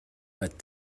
but